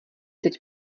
teď